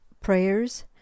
prayers